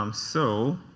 um so,